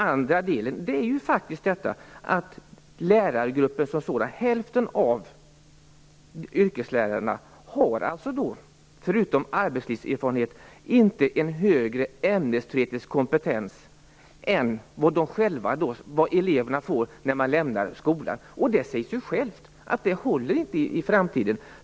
För det andra har hälften av yrkeslärarna förutom arbetslivserfarenhet inte en högre ämnesteoretisk kompetens än vad eleverna själva får när de lämnar skolan. Det säger sig självt att det inte håller i framtiden.